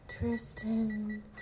Tristan